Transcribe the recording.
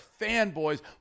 fanboys